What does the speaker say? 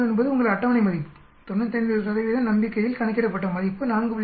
71 என்பது உங்கள் அட்டவணை மதிப்பு 95 நம்பிக்கையில் கணக்கிடப்பட்ட மதிப்பு 4